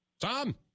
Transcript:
Tom